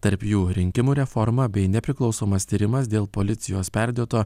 tarp jų rinkimų reforma bei nepriklausomas tyrimas dėl policijos perdėto